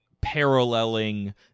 paralleling